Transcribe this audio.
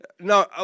no